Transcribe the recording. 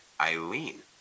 Eileen